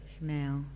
now